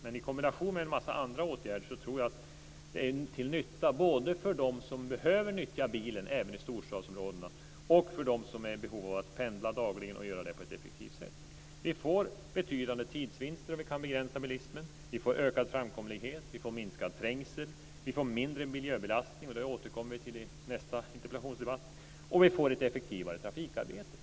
Men i kombination med en mängd andra åtgärder tror jag att det är till nytta både för dem som behöver nyttja bilen även i storstadsområdena och för dem som är i behov av att pendla dagligen och göra det på ett effektivt sätt. Vi får betydande tidsvinster om vi kan begränsa bilismen, vi får ökad framkomlighet, vi får minskad trängsel, vi får mindre miljöbelastning - det återkommer vi till i nästa interpellationsdebatt - och vi får ett effektivare trafikarbete.